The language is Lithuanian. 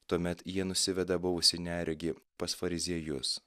tuomet jie nusiveda buvusį neregį pas fariziejus